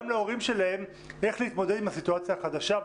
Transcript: להורים שלהם איך להתמודד עם הסיטואציה החדשה.